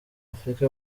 afurika